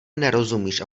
nerozumíš